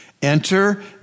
Enter